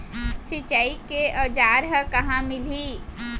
सिंचाई के औज़ार हा कहाँ मिलही?